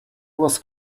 was